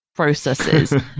processes